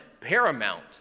paramount